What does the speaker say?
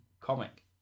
comic